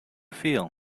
feel